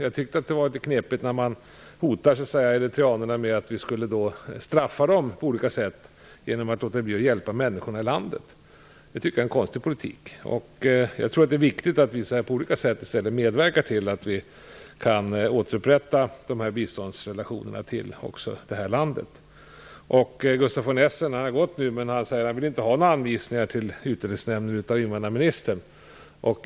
Jag tycker att det är litet knepigt att så att säga hota eritreanerna med straff i form av att vi skulle underlåta att hjälpa människor i deras hemland. Jag tycker att det är en konstig politik. Det är viktigt att vi i stället på olika sätt medverkar till att återupprätta biståndsrelationerna med Eritrea. Gustaf von Essen, som nu har lämnat kammaren, säger att han inte vill ha några anvisningar till Utlänningsnämnden från invandrarministern.